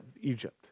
Egypt